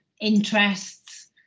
interests